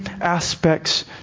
aspects